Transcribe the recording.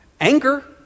anger